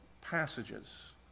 passages